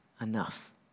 enough